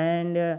and